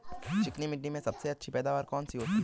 चिकनी मिट्टी में सबसे अच्छी पैदावार कौन सी होती हैं?